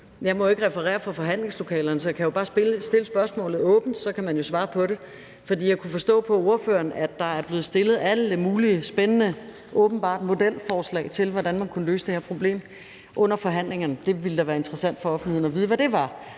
Jeg må ikke referere fra forhandlingslokalerne, så jeg kan jo bare stille spørgsmålet åbent, og så kan man svare på det. For jeg kunne forstå på ordføreren, at der under forhandlingerne åbenbart er blevet stillet alle mulige spændende modelforslag til, hvordan man kunne løse det her problem. Det ville da være interessant for offentligheden at vide, hvad det var